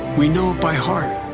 we know it by heart.